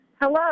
Hello